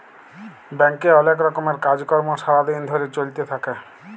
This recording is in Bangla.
ব্যাংকে অলেক রকমের কাজ কর্ম সারা দিন ধরে চ্যলতে থাক্যে